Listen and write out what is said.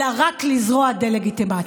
אלא רק לזרוע דה-לגיטימציה.